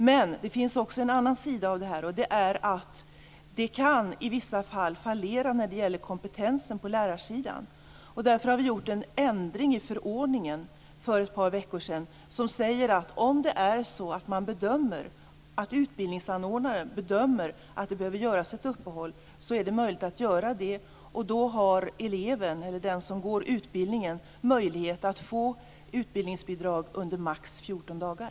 Men det finns också en annan sida av detta, nämligen att kompetensen på lärarsidan i vissa fall kan fallera. Vi har därför för ett par veckor sedan gjort en ändring i förordningen innebärande att om utbildningsanordnaren bedömer att det behöver göras ett uppehåll, skall den som genomgår utbildningen ha möjlighet att få utbildningsbidrag för detta under maximalt 14 dagar.